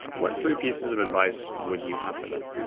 what three pieces of advice would you have for them?